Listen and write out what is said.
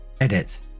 Edit